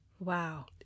Wow